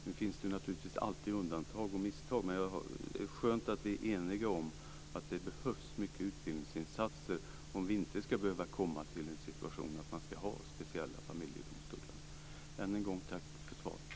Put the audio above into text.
Nu finns det naturligtvis alltid undantag och misstag, men det är skönt att vi är eniga om att det behövs mycket utbildningsinsatser om vi inte ska behöva komma till en situation med speciella familjedomstolar. Än en gång vill jag tacka för svaret.